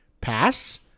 pass